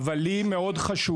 אבל חשוב לי מאוד לומר,